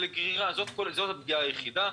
זו הפגיעה היחידה.